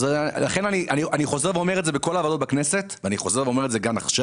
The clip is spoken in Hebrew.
אני חוזר ואומר את זה בכל הוועדות בכנסת וגם עכשיו,